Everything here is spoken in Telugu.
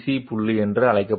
CC పాయింట్ అని కూడా అంటారు